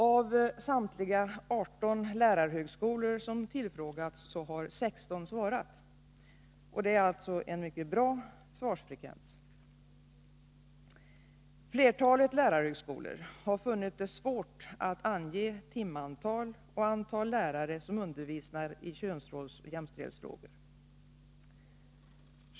Av samtliga 18 lärarhögskolor som har tillfrågats har 16 svarat. Det är således en mycket bra svarsfrekvens. Flertalet lärarhögskolor har funnit det svårt att ange timantal och antal lärare som undervisar i könsrolls-/jämställdhetsfrågor.